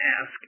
ask